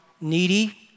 needy